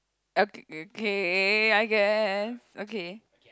uh k~ K I guess okay